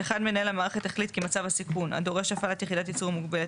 מנהל המערכת החליט כי מצב הסיכון הדורש הפעלת יחידת ייצור מוגבלת,